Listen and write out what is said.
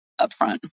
upfront